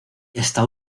esta